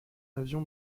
avion